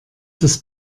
das